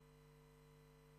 בוודאי